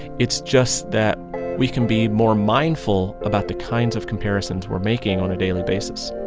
it's just that we can be more mindful about the kinds of comparisons we're making on a daily basis